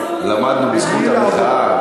למדנו בזכות המחאה.